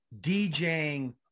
DJing